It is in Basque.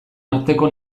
arteko